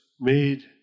made